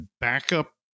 backup